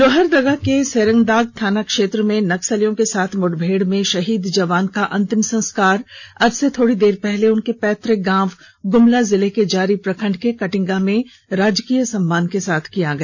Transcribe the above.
लोहरदगा के सेरेनदाग थाना क्षेत्र में नक्सलियों के साथ मुठभेड़ में शहीद जवान का अंतिम संस्कार अब से थोड़ी देर पहले उनके पैतुक गांव गुमला जिले के जारी प्रखंड के कटिंगा में राजकीय सम्मान के साथ किया गया